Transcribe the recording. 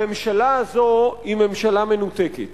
הממשלה הזו היא ממשלה מנותקת.